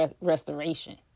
restoration